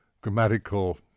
grammatical